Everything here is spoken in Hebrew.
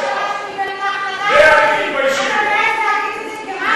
מי היה ראש הממשלה שקיבל את ההחלטה הזאת?